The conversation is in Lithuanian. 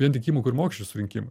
vien tik įmokų ir mokesčių surinkimui